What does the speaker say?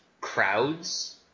crowds